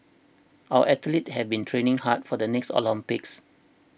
our athletes have been training hard for the next Olympics